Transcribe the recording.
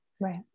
Right